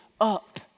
up